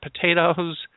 potatoes